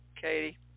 Katie